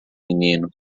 menino